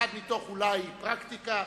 אחד אולי מתוך פרקטיקה,